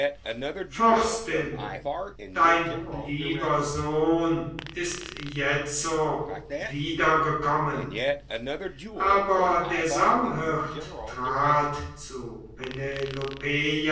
fürstin dein lieber sohn ist jetzo wiedergekommen aber der sauhirt trat zu